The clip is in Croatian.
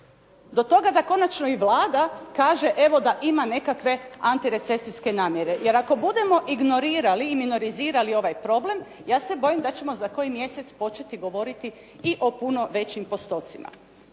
Do toga da konačno i Vlada kaže evo da ima nekakve antirecesijske namjere jer ako budemo ignorirali i minorizirali ovaj problem, ja se bojim da ćemo za koji mjesec početi govoriti i o puno većim postocima.